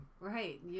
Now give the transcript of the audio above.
Right